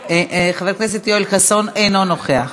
מוותר, חבר הכנסת יואל חסון, אינו נוכח.